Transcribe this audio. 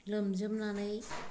लोमजोबनानै